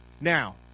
Now